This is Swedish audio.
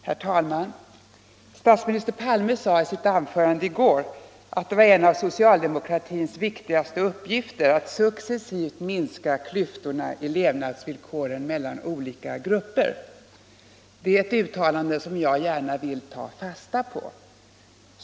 Herr talman! Statsminister Palme sade i sitt anförande i går att det var en av socialdemokratins viktigaste uppgifter att successivt minska klyftorna i levnadsvillkoren mellan olika grupper. Det är ett uttalande som jag gärna vill ta fasta på.